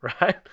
right